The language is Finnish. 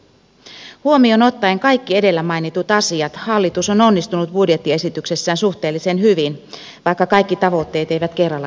kun otetaan huomioon kaikki edellä mainitut asiat hallitus on onnistunut budjettiesityksessään suhteellisen hyvin vaikka kaikki tavoitteet eivät kerralla toteudu